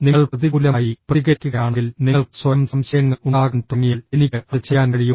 നിങ്ങൾ പ്രതികൂലമായി പ്രതികരിക്കുകയാണെങ്കിൽ നിങ്ങൾക്ക് സ്വയം സംശയങ്ങൾ ഉണ്ടാകാൻ തുടങ്ങിയാൽ എനിക്ക് അത് ചെയ്യാൻ കഴിയുമോ